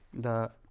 the